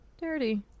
dirty